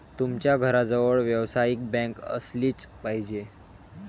तुमच्या घराजवळ व्यावसायिक बँक असलीच पाहिजे